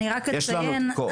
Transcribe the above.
יש לנו כוח.